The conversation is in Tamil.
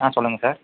ஆ சொல்லுங்கள் சார்